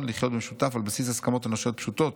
לחיות במשותף על בסיס הסכמות אנושיות פשוטות